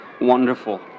wonderful